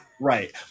Right